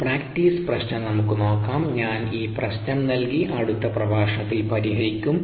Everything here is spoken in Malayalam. ഒരു പ്രാക്ടീസ് പ്രശ്നം നമുക്ക് നോക്കാം ഞാൻ ഈ പ്രശ്നം നൽകി അടുത്ത പ്രഭാഷണത്തിൽ പരിഹരിക്കും